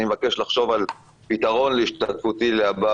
אני מבקש לחשוב על פתרון להשתתפותי להבא